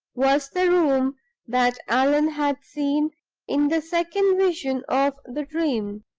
was the room that allan had seen in the second vision of the dream.